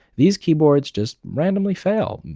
these keyboards just randomly failed.